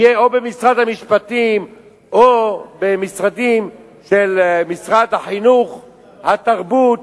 יהיו או במשרד המשפטים או במשרד החינוך התרבות,